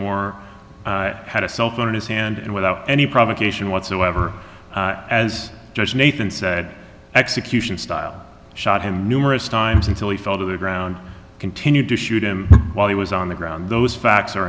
moore had a cell phone in his hand and without any provocation whatsoever as judge nathan said execution style shot him numerous times until he fell to the ground continued to shoot him while he was on the ground those facts are